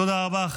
תודה רבה.